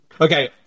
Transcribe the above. Okay